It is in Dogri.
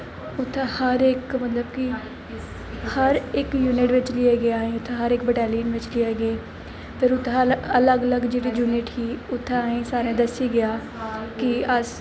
उ'त्थें हर इक मतलब कि हर इक यॉूनिट बिच लेइयै गे असें गी उ'त्थें हर इक बटालियन बिच गे पर उ'त्थें अलग अलग जेह्ड़ी यूनिट ही उ'त्थें असें सारें गी दस्सी लेआ कि अस